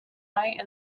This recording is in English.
light